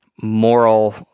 moral